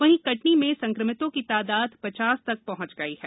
वहीं कटनी में संकमितों की तादाद पचास तक पहुंच गई है